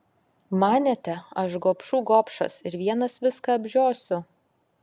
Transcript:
manėte aš gobšų gobšas ir vienas viską apžiosiu